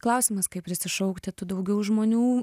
klausimas kaip prisišaukti tų daugiau žmonių